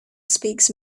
speaks